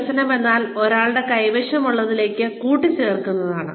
വികസനമെന്നാൽ ഒരാളുടെ കൈവശമുള്ളതിലേക്ക് കൂട്ടിച്ചേർക്കുന്നതാണ്